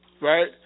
right